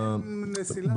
אין מסילה.